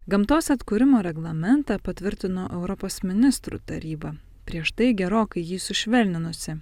gamtos atkūrimo reglamentą patvirtino europos ministrų taryba prieš tai gerokai jį sušvelninusi